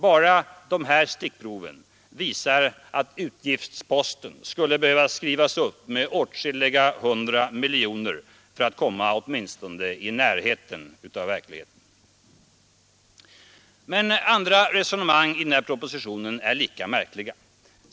Bara de här stickproven visar att utgiftsposten skulle behövas skrivas upp med åtskilliga hundra miljoner för att komma åtminstone i närheten av verkligheten. Men andra resonemang i propositionen är lika märkliga.